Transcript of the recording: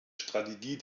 strategie